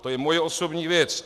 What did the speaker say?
To je moje osobní věc.